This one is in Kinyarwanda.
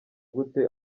gute